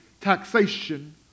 taxation